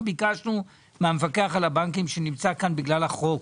אנחנו ביקשנו מהמפקח על הבנקים שנמצא כאן בגלל החוק,